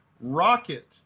Rocket